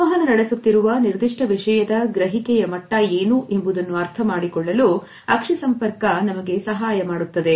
ಸಂವಹನ ನಡೆಸುತ್ತಿರುವ ನಿರ್ದಿಷ್ಟ ವಿಷಯದ ಗ್ರಹಿಕೆಯ ಮಟ್ಟ ಏನು ಎಂಬುದನ್ನು ಅರ್ಥಮಾಡಿಕೊಳ್ಳಲು ಅಕ್ಷಿ ಸಂಪರ್ಕ ನಮಗೆ ಸಹಾಯ ಮಾಡುತ್ತದೆ